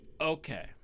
okay